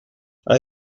آیا